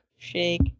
Shake